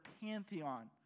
pantheon